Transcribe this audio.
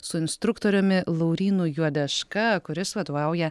su instruktoriumi laurynu juodeška kuris vadovauja